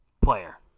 player